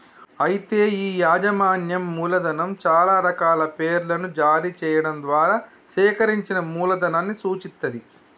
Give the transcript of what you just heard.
అయితే ఈ యాజమాన్యం మూలధనం చాలా రకాల పేర్లను జారీ చేయడం ద్వారా సేకరించిన మూలధనాన్ని సూచిత్తది